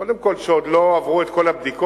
קודם כול, עוד לא עברו את כל הבדיקות,